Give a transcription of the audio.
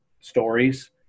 stories